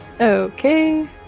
Okay